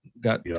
got